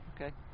Okay